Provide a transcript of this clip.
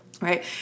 Right